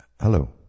Hello